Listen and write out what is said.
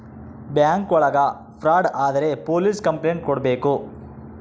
bank ಒಳಗ fraud ಆದ್ರೆ police complaint ಕೊಡ್ಬೇಕು